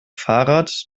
fahrrad